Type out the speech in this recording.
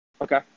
Okay